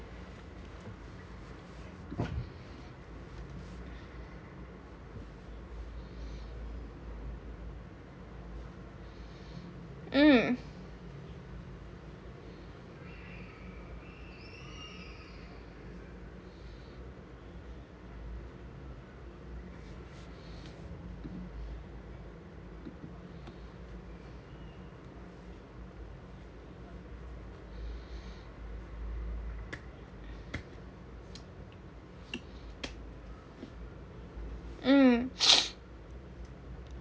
mm mm